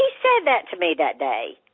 he said that to me that day.